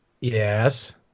Yes